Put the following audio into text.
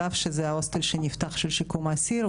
על אף שזה הוסטל שנפתח של שיקום האסיר,